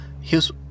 heres